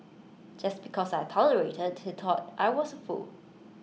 just because I tolerated he thought I was A fool